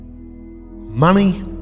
Money